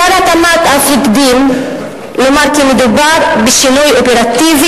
שר התמ"ת אף הקדים לומר כי מדובר בשינוי אופרטיבי